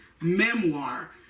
memoir